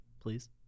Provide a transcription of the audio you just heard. Please